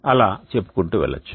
అలా చెప్పుకుంటూ వెళ్లొచ్చు